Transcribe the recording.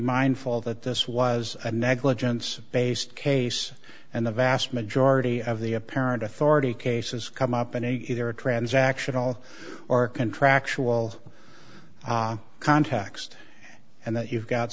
mindful that this was a negligence based case and the vast majority of the apparent authority cases come up in either a transactional or contractual context and that you've got